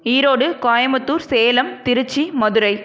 Erode Coimbatore Salem Trichy Madurai